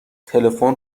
تلفن